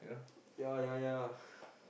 ya ya ya